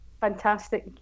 fantastic